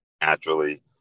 naturally